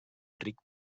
ric